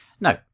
No